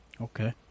Okay